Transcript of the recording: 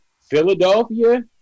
Philadelphia